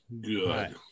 Good